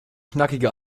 knackige